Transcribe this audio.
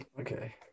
Okay